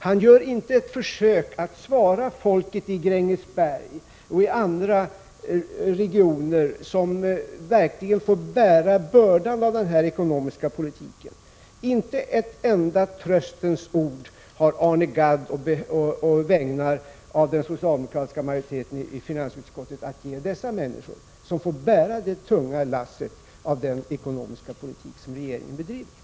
Han gör inte ett försök att svara folket i Grängesberg och i andra regioner som verkligen får bära bördan av denna ekonomiska politik. Inte ett enda tröstens ord har Arne Gadd att ge, på den socialdemokratiska majoritetens vägnar i finansutskottet, åt dessa människor som får bära det tunga lasset av den ekonomiska politik som regeringen har bedrivit.